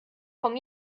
vom